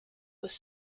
with